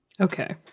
Okay